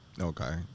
Okay